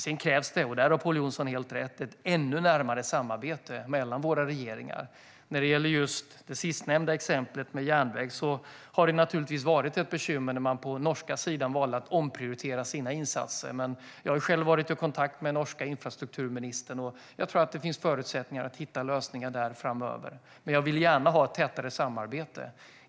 Sedan krävs det, och där har Pål Jonson helt rätt, ett ännu närmare samarbete mellan våra regeringar. När det gäller det sistnämnda exemplet med järnväg har det naturligtvis varit ett bekymmer att man på den norska sidan valde att omprioritera sina insatser. Men jag har själv varit i kontakt med den norska infrastrukturministern, och jag tror att det finns förutsättningar att hitta lösningar framöver. Men jag vill gärna ha ett tätare i samarbete.